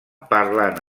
parlant